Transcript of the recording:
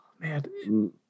Man